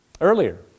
earlier